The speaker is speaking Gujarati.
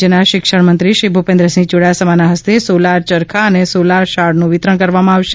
રાજ્યના શિક્ષણ મંત્રી શ્રી ભૂપેન્દ્ર સિંહ યુડાસમાના હસ્તે સોલાર ચરખા અને સોલાર શાળનું વિતરણ કરવામાં આવશે